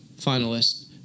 finalists